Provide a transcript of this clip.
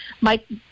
Mike